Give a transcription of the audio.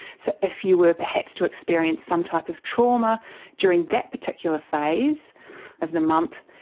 so if you were perhaps to experience some type of trauma during that particular phase of the month,